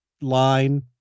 Line